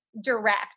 direct